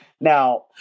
Now